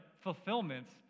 fulfillments